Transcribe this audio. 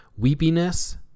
weepiness